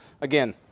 again